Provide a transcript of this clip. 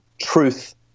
truth